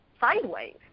sideways